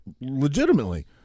legitimately